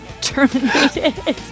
Terminated